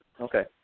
Okay